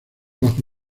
bajo